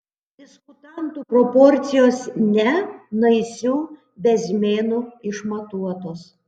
diskutantų proporcijos ne naisių bezmėnu išmatuotos